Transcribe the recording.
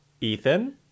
Ethan